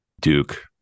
Duke